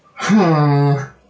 uh